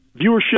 viewership